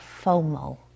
FOMO